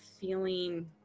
feeling